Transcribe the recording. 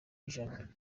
ijana